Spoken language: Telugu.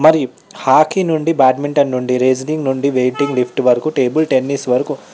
మరి హాకీ నుండి బ్యాడ్మింటన్ నుండి రీజనింగ్ నుండి వెయిటింగ్ లిఫ్ట్ వరకు టేబుల్ టెన్నిస్ వరకు